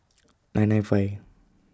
nine nine five